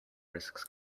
risks